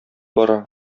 бара